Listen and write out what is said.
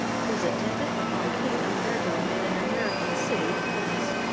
whose attentat upon king umberto made an american city famous.